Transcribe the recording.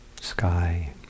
sky